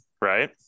right